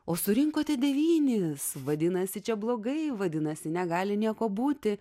o surinko tik devynis vadinasi čia blogai vadinasi negali nieko būti